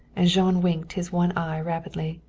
and jean winked his one eye rapidly.